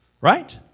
right